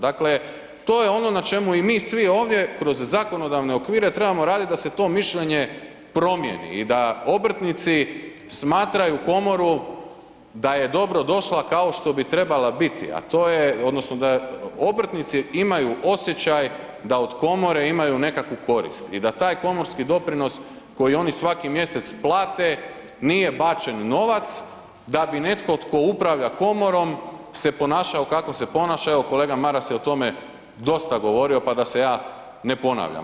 Dakle, to je ono na čemu i mi svi ovdje kroz zakonodavne okvire trebamo raditi da se to mišljenje promijeni i da obrtnici smatraju komoru da je dobrodošla kao što bi trebala biti a to je odnosno da obrtnici imaju osjećaj da od komore imaju nekakvu korist i da taj komorski doprinos koji oni svaki mjesec plate, nije bačen novac da bi netko tko upravlja komorom se ponašao kako se ponaša, evo kolega Maras je o tome dosta govorio pa da se ja ne ponavljam.